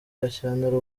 gashyantare